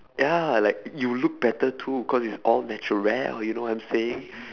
ya like you look better too cause its like all natural